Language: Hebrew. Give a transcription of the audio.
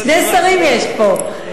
שני שרים יש פה.